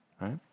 right